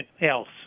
else